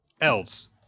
else